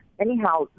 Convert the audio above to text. Anyhow